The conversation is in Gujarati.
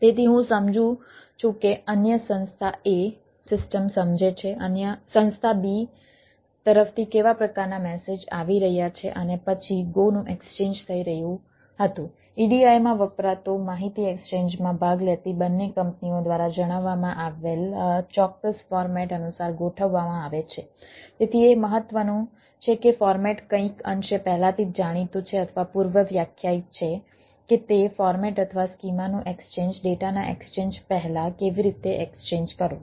તેથી હું સમજું છું કે અન્ય સંસ્થા A સિસ્ટમ સમજે છે સંસ્થા B તરફથી કેવા પ્રકારના મેસેજ આવી રહ્યા છે અને પછી ગો નું એક્સચેન્જ ડેટાના એક્સચેન્જ પહેલાં કેવી રીતે એક્સચેન્જ કરવું